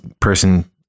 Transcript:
person